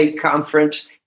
Conference